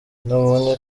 nabonye